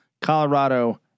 Colorado